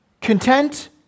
content